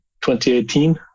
2018